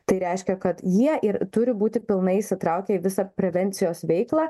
tai reiškia kad jie ir turi būti pilnai įsitraukę į visą prevencijos veiklą